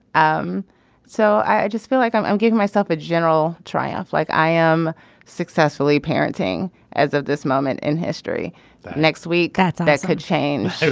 um so i just feel like i'm i'm giving myself a general triumph like i am successfully parenting as at this moment in history next week. that's that's could change. so